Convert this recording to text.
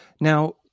Now